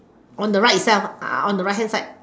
on the right itself on the right hand side